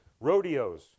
Rodeos